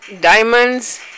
diamonds